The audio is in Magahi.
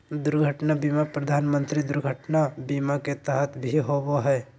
दुर्घटना बीमा प्रधानमंत्री दुर्घटना बीमा के तहत भी होबो हइ